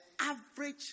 average